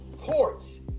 courts